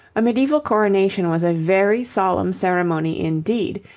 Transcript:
a medieval coronation was a very solemn ceremony indeed,